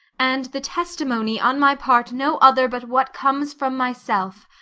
and the testimony on my part no other but what comes from myself,